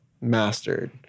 mastered